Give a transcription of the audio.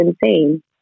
insane